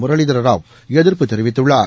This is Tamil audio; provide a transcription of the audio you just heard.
முரளிதரராவ் எதிர்ப்பு தெரிவித்துள்ளார்